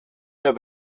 der